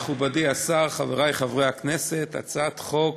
מכובדי השר, חברי חברי הכנסת, הצעת חוק